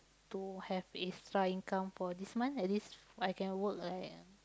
to have extra income for this month at least I can work like